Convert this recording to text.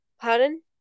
Pardon